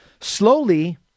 Slowly